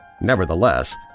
Nevertheless